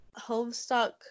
Homestuck